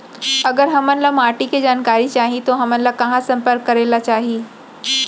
अगर हमन ला माटी के जानकारी चाही तो हमन ला कहाँ संपर्क करे ला चाही?